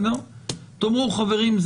תאמרו: חברים,